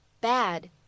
bad